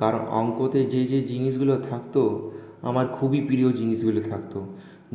কারণ অঙ্কতে যে যে জিনিসগুলো থাকত আমার খুবই প্রিয় জিনিসগুলো থাকত